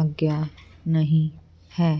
ਆਗਿਆ ਨਹੀਂ ਹੈ